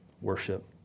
worship